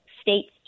states